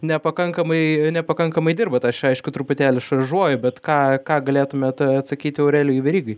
nepakankamai nepakankamai dirbat aš čia aišku truputėlį šaržuoju bet ką ką galėtumėt atsakyti aurelijui verygai